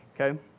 okay